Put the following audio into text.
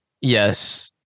Yes